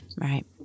Right